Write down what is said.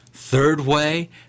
third-way